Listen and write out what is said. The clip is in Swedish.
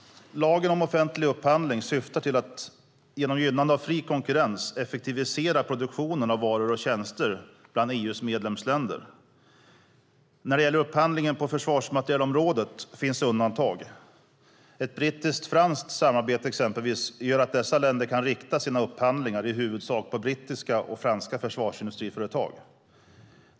Lagen om offentlig upphandling syftar till att genom gynnande av fri konkurrens effektivisera produktionen av varor och tjänster bland EU:s medlemsländer. När det gäller upphandling på försvarsmaterielområdet finns det undantag. Ett brittisk-franskt samarbete exempelvis gör att dessa länder kan rikta sina upphandlingar i huvudsak till brittiska eller franska försvarsindustriföretag.